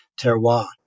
terroir